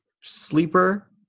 Sleeper